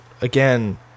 again